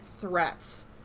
threats